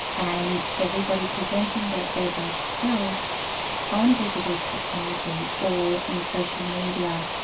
and everybody presenting their airbrushed selves on digital technology or in social media,